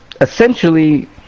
essentially